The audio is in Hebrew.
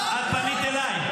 את פנית אליי.